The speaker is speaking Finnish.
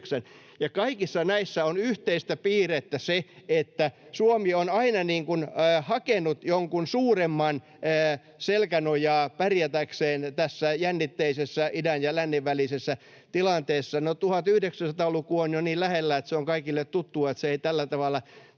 Kaikissa näissä on yhteistä piirrettä se, että Suomi on aina hakenut jonkun suuremman selkänojaa pärjätäkseen tässä jännitteisessä idän ja lännen välisessä tilanteessa. No, 1900-luku on jo niin lähellä, että se on kaikille tuttua ja ei tällä tavalla